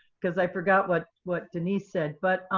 because i forgot what what denise said. but,